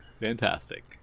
Fantastic